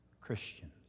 Christians